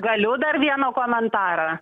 galiu dar vieną komentarą